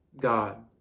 God